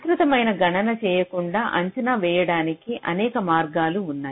విస్తృతమైన గణన చేయకుండా అంచనా వేయడానికి అనేక మార్గాలు ఉన్నాయి